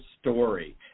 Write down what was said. story